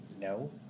no